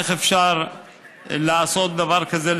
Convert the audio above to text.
איך אפשר לעשות דבר כזה לתלמידים?